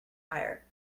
tyre